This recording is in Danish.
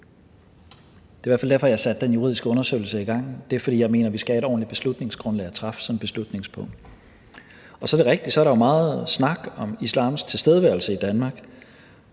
fald derfor, jeg har sat den juridiske undersøgelse i gang, nemlig at jeg mener, at vi skal have et ordentligt beslutningsgrundlag at træffe sådan en beslutning på. Og så er det rigtigt, at der jo er meget snak om islams tilstedeværelse i Danmark,